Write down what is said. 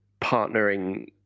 partnering